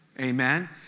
Amen